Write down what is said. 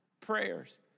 prayers